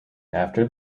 after